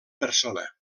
persona